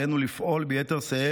לצד הפעולות האלה עלינו לפעול ביתר שאת